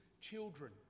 children